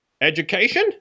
Education